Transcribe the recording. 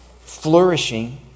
flourishing